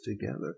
together